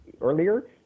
earlier